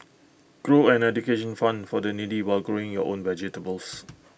grow an education fund for the needy while growing your own vegetables